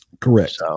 Correct